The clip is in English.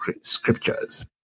scriptures